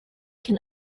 can